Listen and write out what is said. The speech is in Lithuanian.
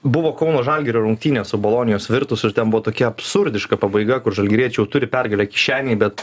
buvo kauno žalgirio rungtynės su bolonijos virtus ir ten buvo tokia absurdiška pabaiga kur žalgiriečiai jau turi pergalę kišenėj bet